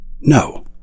no